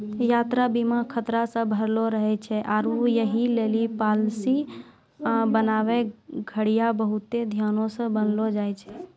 यात्रा बीमा खतरा से भरलो रहै छै आरु यहि लेली पालिसी बनाबै घड़ियां बहुते ध्यानो से बनैलो जाय छै